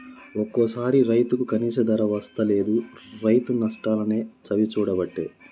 ఒక్కోసారి రైతుకు కనీస ధర వస్తలేదు, రైతు నష్టాలనే చవిచూడబట్టే